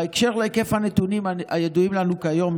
בהקשר של היקף הנתונים הידועים לנו כיום,